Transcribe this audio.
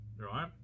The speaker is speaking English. right